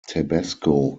tabasco